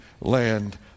land